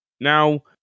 now